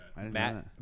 Matt